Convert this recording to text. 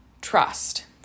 trust